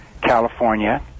California